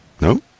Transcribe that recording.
No